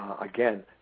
again